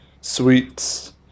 sweets